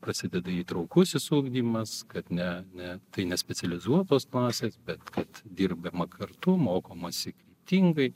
prasideda įtraukusis ugdymas kad ne ne tai nespecializuotos klasės bet kad dirbdama kartu mokomasi kryptingai